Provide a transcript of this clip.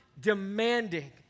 demanding